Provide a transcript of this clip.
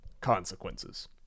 Consequences